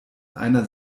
einer